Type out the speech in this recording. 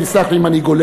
תסלח לי אם אני גולש,